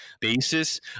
basis